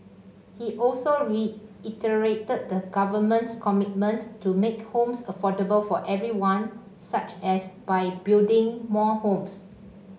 he also reiterated the Government's commitment to making homes affordable for everyone such as by building more homes